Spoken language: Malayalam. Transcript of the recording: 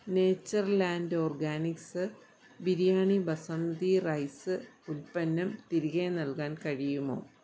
nature land organics biryani Basanti rice ഉത്പന്നം തിരികെ നൽകാൻ കഴിയുമോ